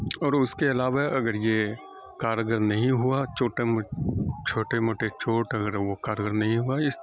اور اس کے علاوہ اگر یہ کارگر نہیں ہوا چھوٹے موٹے چوٹ اگر وہ کارگر نہیں ہوا